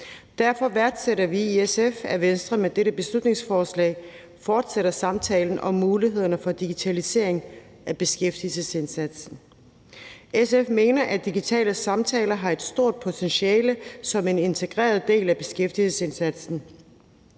Derfor værdsætter vi i SF, at Venstre med dette beslutningsforslag fortsætter samtalen om mulighederne for en digitalisering af beskæftigelsesindsatsen. SF mener, at digitale samtaler har et stort potentiale som en integreret del af beskæftigelsesindsatsen,